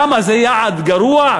למה, זה יעד גרוע?